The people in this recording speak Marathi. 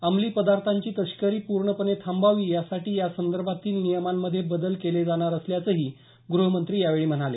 अंमली पदार्थांची तस्करी पूर्णपणे थांबावी यासाठी या संदर्भातील नियंमामध्ये बदल केले जाणार असल्याचंही ग्रहमंत्री यावेळी म्हणाले